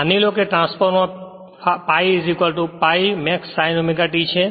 માની લો કે transformer pi pi maxsine ω T છે